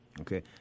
Okay